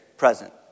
Present